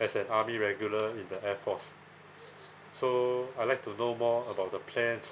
as a army regular in the air force so I'd like to know more about the plans